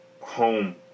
home